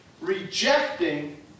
rejecting